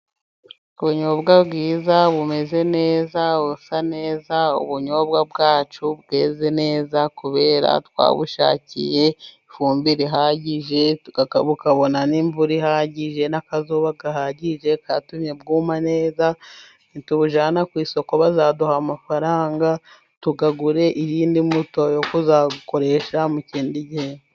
Ubunyobwa bwiza， bumeze neza，busa neza， ubunyobwa bwacu bweze neza，kubera twabushakiye ifumbire ihagije，bukabona n'imvura ihagije n'akazuba gahagije， katumye bwuma neza， nitubujyana ku isoko，bazaduha amafaranga， tuyagure iyindi mbuto，yo kuzakoresha mu kindi gihe.